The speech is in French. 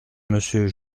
monsieur